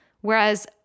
Whereas